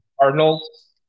Cardinals